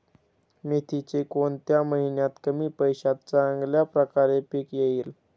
मेथीचे कोणत्या महिन्यात कमी पैशात चांगल्या प्रकारे पीक येईल?